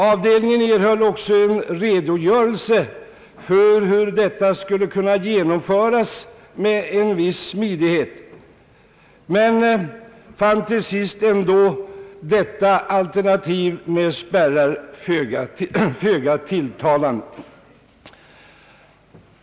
Avdelningen erhöll också en redogörelse för hur detta skulle kunna genomföras med en viss smidighet men fann till sist ändå alternativet med spärrar föga tilltalande.